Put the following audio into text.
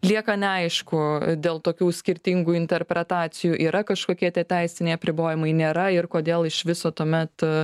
lieka neaišku dėl tokių skirtingų interpretacijų yra kažkokie tie teisiniai apribojimai nėra ir kodėl iš viso tuomet